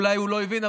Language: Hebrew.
אולי הוא לא הבין,